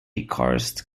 karst